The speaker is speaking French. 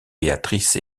béatrice